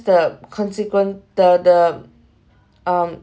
the consequence the the um